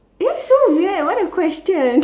it's so weird what a question